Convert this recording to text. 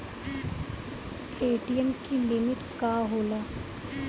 ATM की limit का होला?